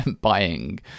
buying